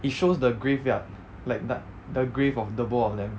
it shows the graveyard like the the grave of the both of them